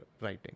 writing